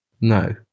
No